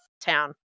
town